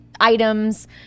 items